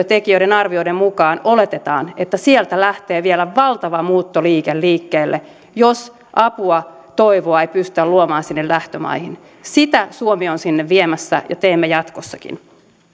tekijöiden arvioiden mukaan oletetaan että sieltä lähtee vielä valtava muuttoliike liikkeelle jos apua toivoa ei pystytä luomaan sinne lähtömaihin sitä suomi on sinne viemässä ja näin teemme jatkossakin